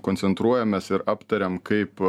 koncentruojamės ir aptariam kaip